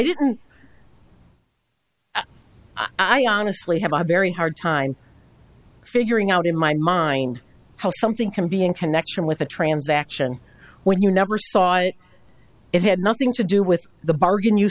didn't i honestly have a very hard time figuring out in my mind how something can be in connection with a transaction when you never saw it it had nothing to do with the bargain you